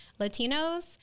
Latinos